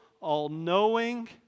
all-knowing